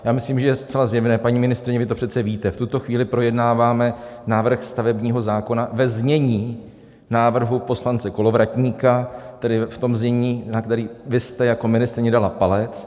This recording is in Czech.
Já myslím, že je zcela zjevné, paní ministryně, vy to přece víte v tuto chvíli projednáváme návrh stavebního zákona ve znění návrhu poslance Kolovratníka, tedy v tom znění, na které vy jste jako ministryně dala palec.